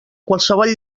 qualsevol